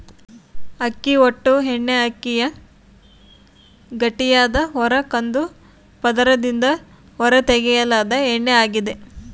ಅಕ್ಕಿ ಹೊಟ್ಟು ಎಣ್ಣೆಅಕ್ಕಿಯ ಗಟ್ಟಿಯಾದ ಹೊರ ಕಂದು ಪದರದಿಂದ ಹೊರತೆಗೆಯಲಾದ ಎಣ್ಣೆಯಾಗಿದೆ